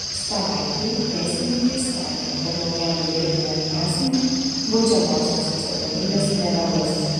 savaitei teisininkai sakė kad naujam juridiniam asmeniui baudžiamosios atsakomybės nebebus